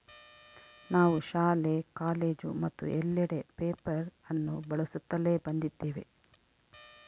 ನಾವು ಶಾಲೆ, ಕಾಲೇಜು ಮತ್ತು ಎಲ್ಲೆಡೆ ಪೇಪರ್ ಅನ್ನು ಬಳಸುತ್ತಲೇ ಬಂದಿದ್ದೇವೆ